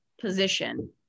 position